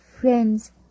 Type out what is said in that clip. friends